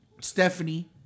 Stephanie